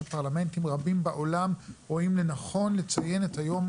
פרלמנטים גדולים בעולם רואים לנכון לציין את היום,